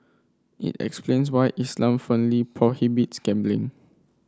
it explains why Islam firmly prohibits gambling